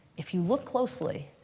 if you look closely,